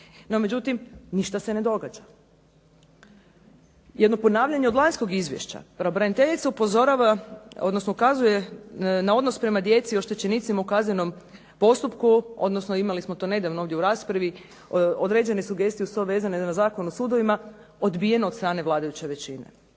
međutim ništa se ne događa. Jedno ponavljanje od lanjskog izvješća. Pravobraniteljica upozorava odnosno ukazuje na odnos prema djeci oštećenicima u kaznenom postupku, odnosno imali smo to nedavno ovdje u raspravi određene sugestije uz to vezane na Zakon o sudovima, odbijen od strane vladajuće većine.